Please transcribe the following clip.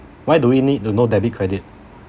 why do we need to know debit credit